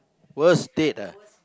worst date ah